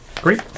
Great